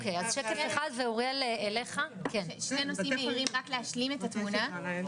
שאף אחד לא ישלה את עצמו.